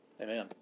Amen